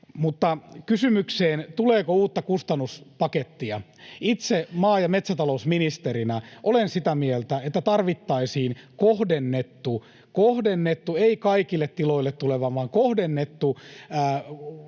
Mutta kysymykseen, tuleeko uutta kustannuspakettia: itse maa- ja metsätalousministerinä olen sitä mieltä, että tarvittaisiin kohdennettu — ei kaikille tiloille tuleva vaan kohdennettu